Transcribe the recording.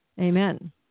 Amen